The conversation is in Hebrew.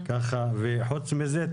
וחוץ מזה,